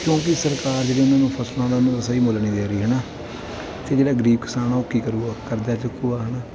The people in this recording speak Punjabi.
ਕਿਉਂਕਿ ਸਰਕਾਰ ਜਿਹੜੀ ਉਹਨਾਂ ਨੂੰ ਫਸਲਾਂ ਦਾ ਉਹਨਾਂ ਦਾ ਸਹੀ ਮੁੱਲ ਨਹੀਂ ਦੇ ਰਹੀ ਹੈ ਨਾ ਅਤੇ ਜਿਹੜਾ ਗਰੀਬ ਕਿਸਾਨ ਆ ਉਹ ਕੀ ਕਰੂਗਾ ਕਰਜ਼ਾ ਚੁੱਕੂਗਾ ਹੈ ਨਾ